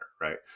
right